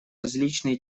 различные